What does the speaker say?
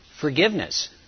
Forgiveness